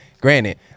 Granted